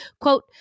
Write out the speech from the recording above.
Quote